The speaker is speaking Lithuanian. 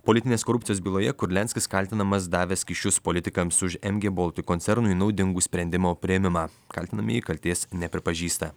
politinės korupcijos byloje kurlianskis kaltinamas davęs kyšius politikams už mg baltic koncernui naudingų sprendimo priėmimą kaltinamieji kaltės nepripažįsta